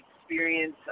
experience